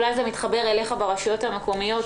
אולי זה מתחבר אליך ברשויות המקומיות